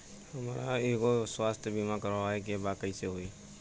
हमरा एगो स्वास्थ्य बीमा करवाए के बा कइसे होई?